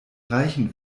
reichen